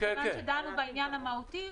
מכיוון שדנו בעניין המהותי,